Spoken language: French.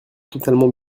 totalement